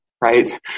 right